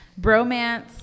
Bromance